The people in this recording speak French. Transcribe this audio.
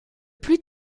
plus